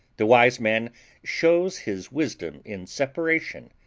the wise man shows his wisdom in separation,